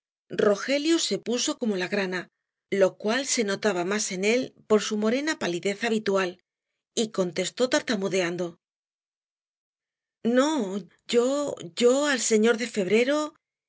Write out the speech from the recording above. rogelio se puso como la grana lo cual se notaba más en él por su morena palidez habitual y contestó tartamudeando no yo yo al señor de febrero